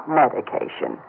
medication